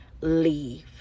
leave